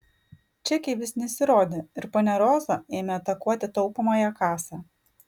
čekiai vis nesirodė ir ponia roza ėmė atakuoti taupomąją kasą